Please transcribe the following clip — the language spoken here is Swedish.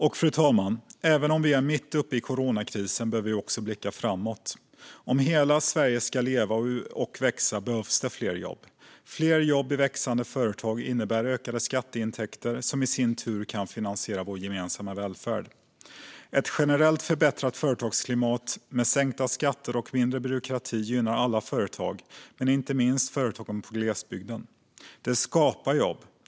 Fru talman! Även om vi är mitt uppe i coronakrisen behöver vi också blicka framåt. Om hela Sverige ska leva och växa behövs det fler jobb. Fler jobb i växande företag innebär ökade skatteintäkter, som i sin tur kan finansiera vår gemensamma välfärd. Ett generellt förbättrat företagsklimat med sänkta skatter och mindre byråkrati gynnar alla företag, inte minst företag i glesbygd. Det skapar jobb.